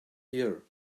here